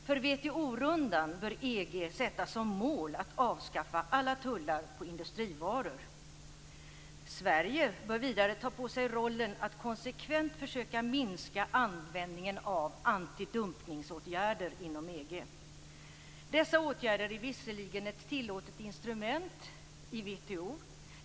För WTO-rundan bör EG sätta som mål att avskaffa alla tullar på industrivaror. Sverige bör vidare ta på sig rollen att konsekvent försöka minska användningen av antidumpningsåtgärder inom EG. Dessa åtgärder är visserligen ett tillåtet instrument i WTO.